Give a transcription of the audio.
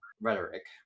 rhetoric